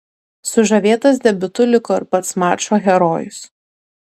sužavėtas debiutu liko ir pats mačo herojus